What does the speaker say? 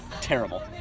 terrible